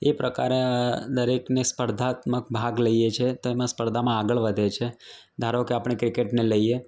એ પ્રકારે દરેકને સ્પર્ધાત્મક ભાગ લઈએ છે તેમ જ સ્પર્ધામાં આગળ વધે છે ધારો કે આપણે ક્રિકેટને લઈએ